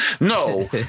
No